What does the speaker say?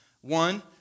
One